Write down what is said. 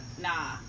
nah